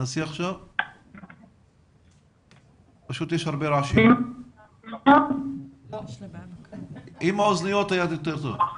מנהלי בית הספר והגננות כדי לתאם הדרכה לצוותי ההוראה לילדים בבית הספר,